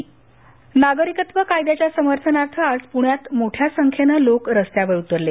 मानवी साखळी नागरिकत्व कायद्याच्या समर्थनार्थ आज पुण्यात मोठ्या संख्येनं लोक रस्त्यावर उतरले